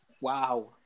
wow